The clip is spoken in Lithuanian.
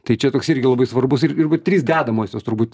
tai čia toks irgi labai svarbus ir ir trys dedamosios turbūt